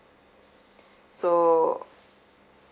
so